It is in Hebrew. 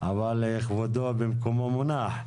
אבל כבודו במקומו מונח.